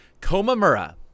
Komamura